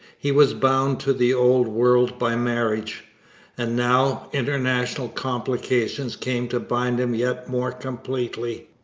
he was bound to the old world by marriage and now international complications came to bind him yet more completely.